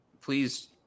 please